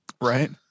Right